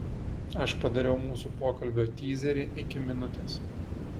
aš padariau mūsų pokalbio tyzerį iki minutės